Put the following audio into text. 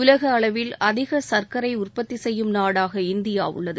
உலக அளவில் அதிக சுர்க்கரை உற்பத்தி செய்யும் நாடாக இந்தியா உள்ளது